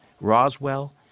Roswell